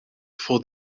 for